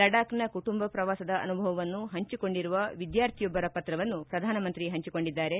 ಲಡಾಕ್ನ ಕುಟುಂಬ ಪ್ರವಾಸದ ಅನುಭವವನ್ನು ಹಂಚಿಕೊಂಡಿರುವ ವಿದ್ಯಾರ್ಥಿಯೊಬ್ಬರ ಪತ್ರವನ್ನು ಪ್ರಧಾನಮಂತ್ರಿ ಪಂಚಿಕೊಂಡಿದ್ದಾರೆ